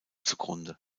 zugrunde